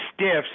stiffs